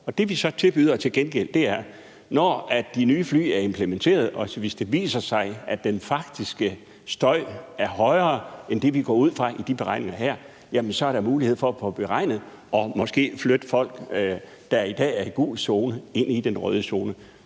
at det har foregået ordentligt. Og hvis det, når de nye fly er implementeret, viser sig, at den faktiske støj er højere end det, vi går ud fra i de beregninger her, så tilbyder vi til gengæld en mulighed for at få det beregnet og måske få flyttet folk, der i dag er i gul zone, ind i den røde zone.